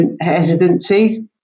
hesitancy